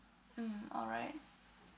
mm alright